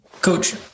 Coach